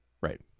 Right